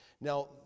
Now